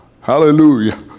Hallelujah